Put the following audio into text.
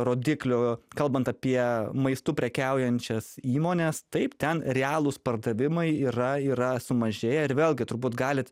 rodiklių kalbant apie maistu prekiaujančias įmones taip ten realūs pardavimai yra yra sumažėję ir vėlgi turbūt galit